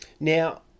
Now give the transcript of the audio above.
Now